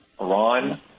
Iran